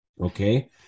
Okay